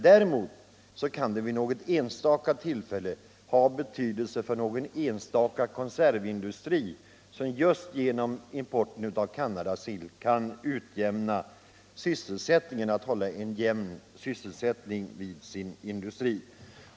Däremot kan frågan vid något enstaka tillfälle ha betydelse för någon enskild konservindustri, som just genom import av Canadasill kan hålla en jämn sysselsättning i sin verksamhet.